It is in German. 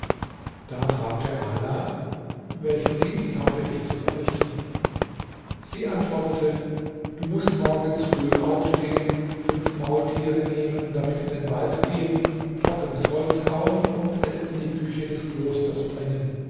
da fragte ala welchen dienst habe ich zu verrichten sie antwortete du mußt morgens früh aufstehen fünf maultiere nehmen damit in den wald gehen trockenes holz hauen und es in die küche des klosters bringen